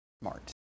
smart